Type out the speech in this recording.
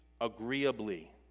agreeably